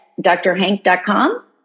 drhank.com